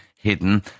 Hidden